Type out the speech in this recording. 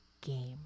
Game